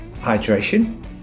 hydration